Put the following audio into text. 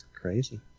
Crazy